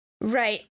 right